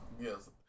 Yes